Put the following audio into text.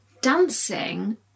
dancing